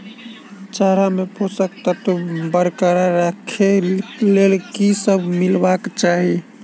चारा मे पोसक तत्व बरकरार राखै लेल की सब मिलेबाक चाहि?